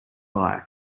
eye